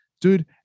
dude